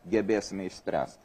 gebėsime išspręst